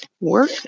work